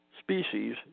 Species